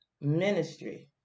Ministry